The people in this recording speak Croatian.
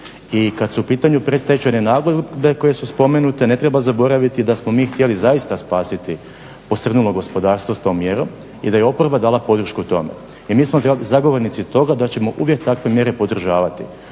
I kada su u pitanju predstečajne nagodbe koje su spomenute ne treba zaboraviti da smo mi htjeli zaista spasiti posrnulo gospodarstvo s tom mjerom i da je oporba dala podršku tome. I mi smo zagovornici toga da ćemo uvijek takve mjere podržavati